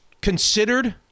considered